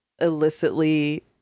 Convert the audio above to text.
illicitly